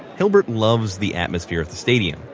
hilbert loves the atmosphere at the stadium.